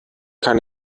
kann